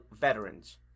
veterans